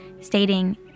stating